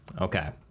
okay